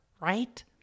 right